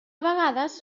vegades